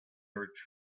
search